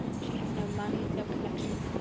she has no money, no connections,